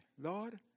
Lord